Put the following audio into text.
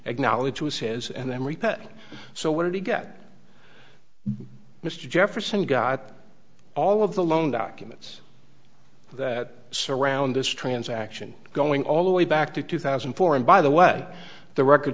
acknowledge was his and then repay so what did he get mr jefferson got all of the loan documents that surround this transaction going all the way back to two thousand and four and by the way the record